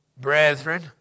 Brethren